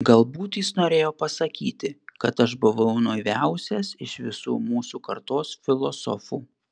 galbūt jis norėjo pasakyti kad aš buvau naiviausias iš visų mūsų kartos filosofų